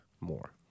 More